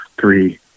three